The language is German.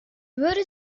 würde